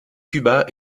cuba